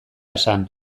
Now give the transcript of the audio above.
esan